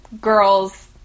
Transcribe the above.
girls